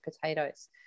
potatoes